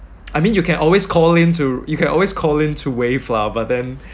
I mean you can always call in to you can always call in to waive lah but then